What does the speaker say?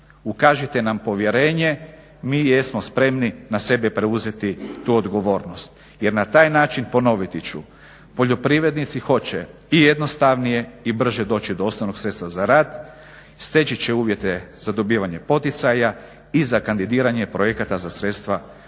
ukažite nam povjerenje, mi jesmo spremni na sebe preuzeti tu odgovornost jer na taj način, ponoviti ću, poljoprivrednici hoće i jednostavnije i brže doći do osnovnog sredstva za rad, steći će uvjete za dobivanje poticaja i za kandidiranje projekata za sredstva EU